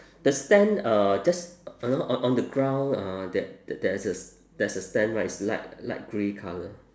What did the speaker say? the stand uh just on on on the ground uh there there is a there's a stand right it's light light grey colour